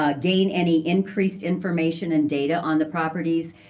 ah gain any increased information and data on the properties,